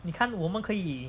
你看我们可以